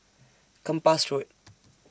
Kempas Road